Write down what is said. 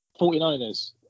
49ers